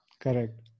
Correct